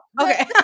okay